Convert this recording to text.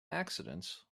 accidents